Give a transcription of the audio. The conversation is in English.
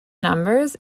numbers